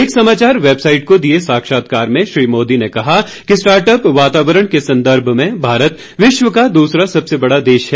एक समाचार वेबसाइट को दिए साक्षात्कार में श्री मोदी ने कहा कि स्टार्ट अप वातावरण के संदर्भ में भारत विश्व का दूसरा सबसे बड़ा देश है